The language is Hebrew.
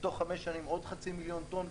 בתוך חמש שנים עוד חצי מיליון טון,